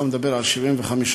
אתה מדבר על 75%,